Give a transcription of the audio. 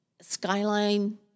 Skyline